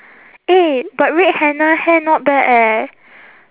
eh but red henna hair not bad eh